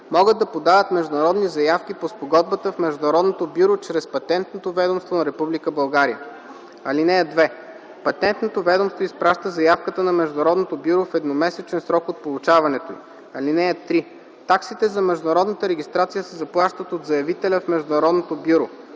могат да подават международни заявки по спогодбата в Международното бюро чрез Патентното ведомство на Република България. (2) Патентното ведомство изпраща заявката на Международното бюро в едномесечен срок от получаването й. (3) Таксите за международната регистрация се заплащат от заявителя в Международното бюро.